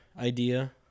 idea